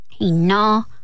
no